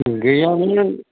गैयाबोना